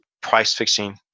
price-fixing